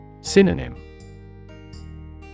Synonym